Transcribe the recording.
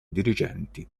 dirigenti